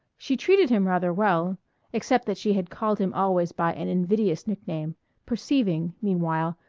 she treated him rather well except that she had called him always by an invidious nickname perceiving, meanwhile,